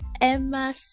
Emma